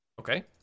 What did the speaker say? Okay